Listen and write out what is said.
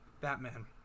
Batman